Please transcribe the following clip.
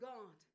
God